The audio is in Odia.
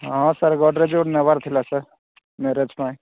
ହଁ ସାର୍ ଗଡ଼୍ରେଜ ଗୋଟେ ନେବାର୍ ଥିଲା ସାର୍ ମ୍ୟାରେଜ୍ ପାଇଁ